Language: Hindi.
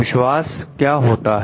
विश्वास क्या होता है